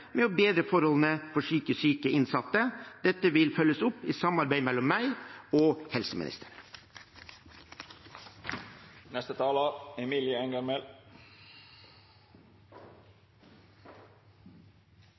med å bedre forholdene for psykisk syke innsatte. Dette vil følges opp i et samarbeid mellom meg og